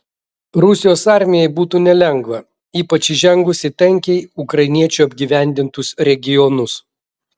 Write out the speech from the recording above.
rusijos armijai būtų nelengva ypač įžengus į tankiai ukrainiečių apgyvendintus regionus